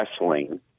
wrestling